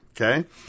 okay